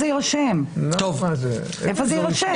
רם,